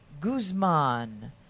Guzman